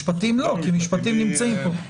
משפטים לא נמצאים פה.